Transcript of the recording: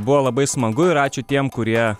buvo labai smagu ir ačiū tiem kurie